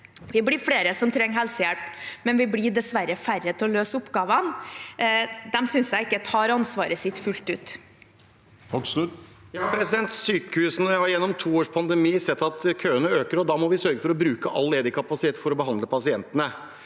vi blir flere som trenger helsehjelp, men at vi dessverre blir færre til å løse oppgavene – de synes jeg ikke tar ansvaret sitt fullt ut. Bård Hoksrud (FrP) Sykehusene har gjennom to års pandemi sett at køene øker, og da må vi sørge for å bruke all ledig kapasitet for å behandle pasientene.